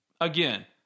again